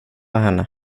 henne